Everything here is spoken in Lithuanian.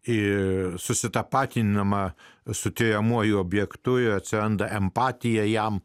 ir susitapatinama su tiriamuoju objektu ir atsiranda empatija jam